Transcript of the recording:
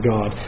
God